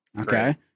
Okay